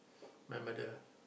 my mother